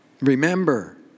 Remember